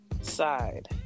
side